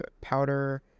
powder